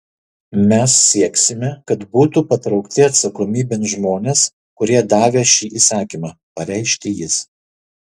mes sieksime kad būtų patraukti atsakomybėn žmonės kurie davė šį įsakymą pareiškė jis